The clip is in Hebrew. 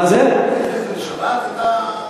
זה בשבת ?